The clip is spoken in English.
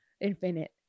infinite